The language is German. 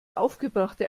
aufgebrachte